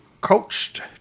coached